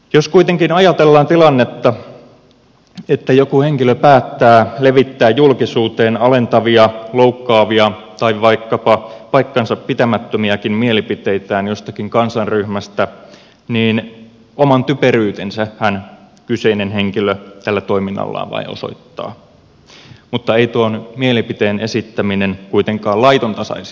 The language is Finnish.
jos kuitenkin ajatellaan tilannetta että joku henkilö päättää levittää julkisuuteen alentavia loukkaavia tai vaikkapa paikkansa pitämättömiäkin mielipiteitään jostakin kansanryhmästä niin oman typeryytensähän kyseinen henkilö tällä toiminnallaan vain osoittaa mutta ei tuon mielipiteen esittäminen kuitenkaan laitonta saisi olla